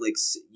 Netflix